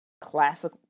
classic